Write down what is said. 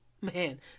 man